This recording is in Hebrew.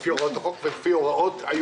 כפי שאתה יודע,